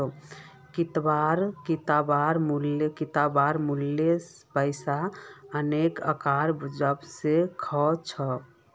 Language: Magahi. किताबेर मूल्य पैसा नइ आंकाल जबा स ख छ